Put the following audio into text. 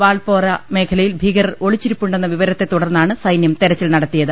വാർപോറ മേഖലയിൽ ഭീകരർ ഒളിച്ചിരി പ്പുണ്ടെന്ന വിവരത്തെ തുടർന്നാണ് സൈന്യം തെരച്ചിൽ നടത്തി യത്